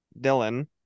Dylan